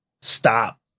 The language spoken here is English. stop